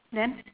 then